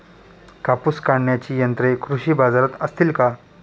कापूस काढण्याची यंत्रे कृषी बाजारात असतील का?